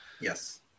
Yes